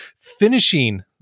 finishing